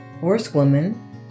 horsewoman